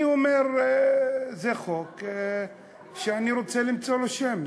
אני אומר, זה חוק שאני רוצה למצוא לו שם.